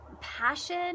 passion